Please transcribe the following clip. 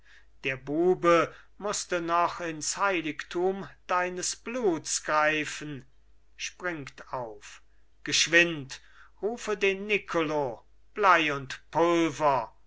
der bube mußte noch ins heiligtum deines bluts greifen springt auf geschwind rufe den nicolo blei und pulver